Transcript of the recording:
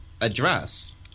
address